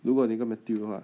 如果你跟 matthew